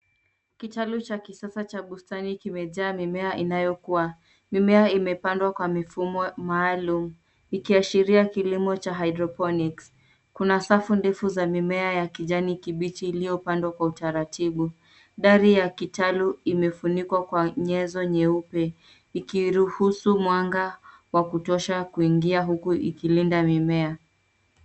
Kitalu cha kisasa cha bustani kimejaa mimea inayokua. Mimea imepandwa kwa mifumo maalum ikiashiria kilimo cha hydroponic .Kuna safu ndefu za mimea ya kijani kibichi iliyopandwa kwa utaratibu. Dari ya kitalu imefunikwa kwa nyenzo nyeupe ikiruhusu mwanga wa kutosha kuingai huku ikilinda mimea.